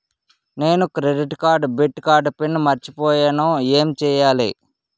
నేను credit card debit card PIN మర్చిపోయేను ఎం చెయ్యాలి?